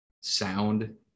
sound